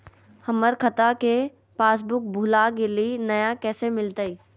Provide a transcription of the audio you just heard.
हमर खाता के पासबुक भुला गेलई, नया कैसे मिलतई?